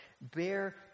bear